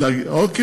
אופוזיציה.